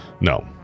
No